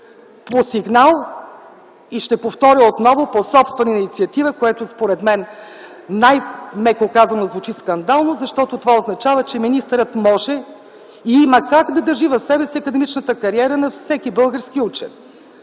по сигнал и, ще повторя отново, по собствена инициатива, което според мен, най-меко казано, звучи скандално, защото това означава, че министърът може и има как да държи в себе си академичната кариера на всеки български учен.